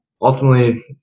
Ultimately